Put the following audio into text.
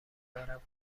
دارم